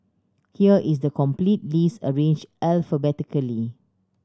here is the complete list arranged alphabetically